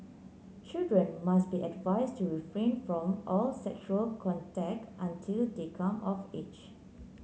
children must be advised to refrain from all sexual contact until they come of age